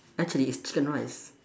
actually it's chicken rice